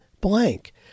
blank